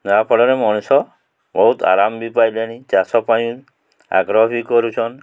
ଯାହାଫଳରେ ମଣିଷ ବହୁତ ଆରାମ ବି ପାଇଲେଣି ଚାଷ ପାଇଁ ଆଗ୍ରହ ବି କରୁଛନ୍